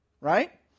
right